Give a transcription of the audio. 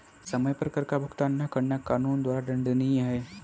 समय पर कर का भुगतान न करना कानून द्वारा दंडनीय है